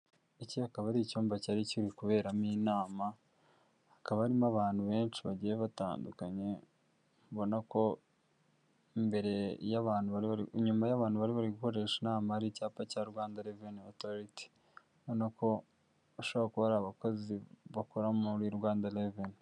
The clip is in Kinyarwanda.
Iki akaba ari icyumba cyari kiri kuberamo inama. Hakaba harimo abantu benshi bagiye batandukanye. Ubona ko inyuma y'ahantu bari bari gukoresha inama hari icyapa cya Rwanda reveni otoriti. Ubona ko bashobora kuba ari abakozi bakora muri Rwanda reveni .